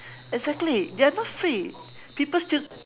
exactly they are not free people still